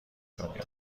دنیا